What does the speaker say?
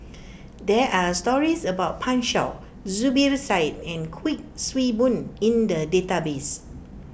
there are stories about Pan Shou Zubir Said and Kuik Swee Boon in the database